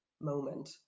moment